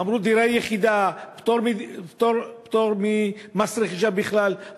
אמרו: דירה יחידה, פטור ממס רכישה בכלל.